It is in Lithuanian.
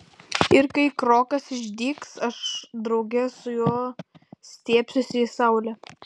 ir kai krokas išdygs aš drauge su juo stiebsiuosi į saulę